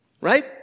Right